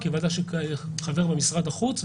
היא ועדה שחברים בה משרד החוץ,